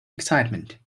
excitement